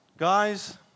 Guys